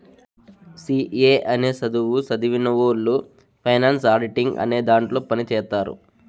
C A అనే సధువు సదివినవొళ్ళు ఫైనాన్స్ ఆడిటింగ్ అనే దాంట్లో పని చేత్తారు